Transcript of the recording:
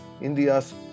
India's